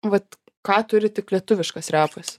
vat ką turi tik lietuviškas repas